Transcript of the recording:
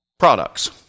products